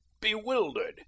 bewildered